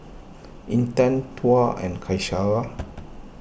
Intan Tuah and Qaisara